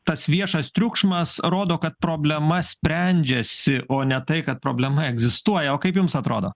tas viešas triukšmas rodo kad problema sprendžiasi o ne tai kad problema egzistuoja o kaip jums atrodo